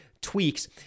tweaks